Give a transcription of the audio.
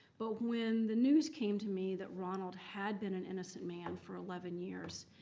but when the news came to me that ronald had been an innocent man for eleven years,